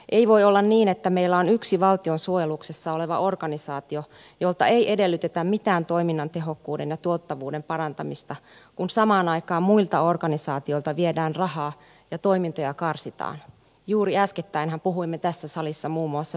ei voi olla niin että meillä on yksi valtion suojeluksessa oleva organisaatio jolta ei edellytetä mitään toiminnan tehokkuuden ja tuottavuuden parantamista kun samaan aikaan muilta organisaatioilta viedään rahaa ja toimintoja karsitaan juuri äskettäinhän puhuimme tässä salissa muun muassa puolustusvoimauudistuksesta